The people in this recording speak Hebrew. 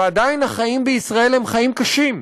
ועדיין החיים בישראל הם חיים קשים,